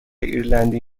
ایرلندی